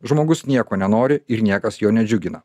žmogus nieko nenori ir niekas jo nedžiugina